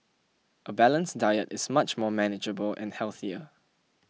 a balanced diet is much more manageable and healthier